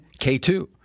K2